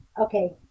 okay